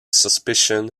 suspicion